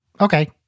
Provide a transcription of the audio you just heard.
Okay